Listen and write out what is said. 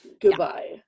goodbye